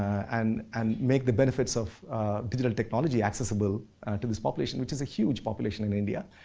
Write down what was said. and and make the benefits of digital technology accessible to this population, which is a huge population in india.